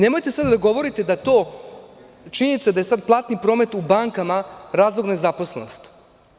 Nemojte sada da govorite da je to, činjenica da je sad platni promet u bankama razlog nezaposlenosti.